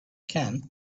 can